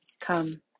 Come